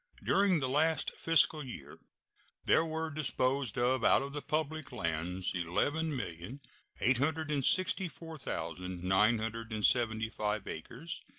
during the last fiscal year there were disposed of out of the public lands eleven million eight hundred and sixty four thousand nine hundred and seventy five acres,